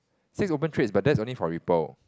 six open trades but that's only for ripple